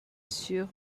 sur